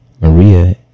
maria